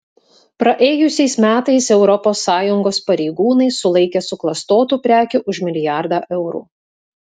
praėjusiais metais europos sąjungos pareigūnai sulaikė suklastotų prekių už milijardą eurų